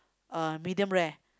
uh medium rare